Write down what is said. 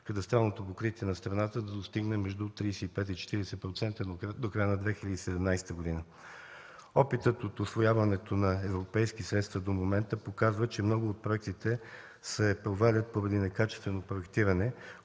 кадастралното покритие на страната да достигне между 35-40% до края на 2017 г. Опитът от усвояването на европейски средства до момента показва, че много от проектите се провалят поради некачествено проектиране,